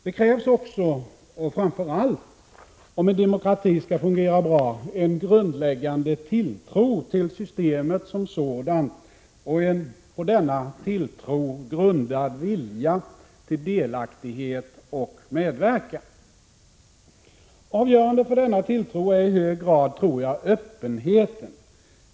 Det krävs också — framför allt om en demokrati skall fungera bra — en grundläggande tilltro till systemet som sådant och en på denna tilltro grundad vilja till delaktighet och medverkan. Avgörande för denna tilltro tror jag i hög grad är öppenheten.